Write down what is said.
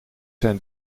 zijn